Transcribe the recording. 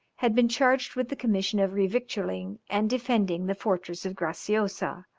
had been charged with the commission of revictualling and defending the fortress of graciosa,